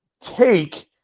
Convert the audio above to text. take